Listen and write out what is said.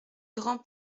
grand